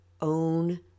own